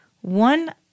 one